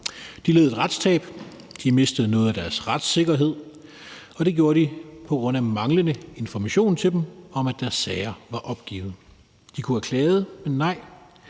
De led et retstab, de mistede noget af deres retssikkerhed, og det gjorde de på grund af manglende information til dem om, at deres sager var opgivet. De kunne have klaget, men nej,